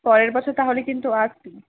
পরের বছর তাহলে কিন্তু আসবি